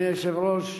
5 ליה שמטוב (ישראל ביתנו):